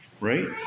right